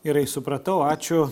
gerai supratau ačiū